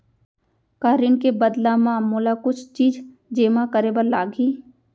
का ऋण के बदला म मोला कुछ चीज जेमा करे बर लागही?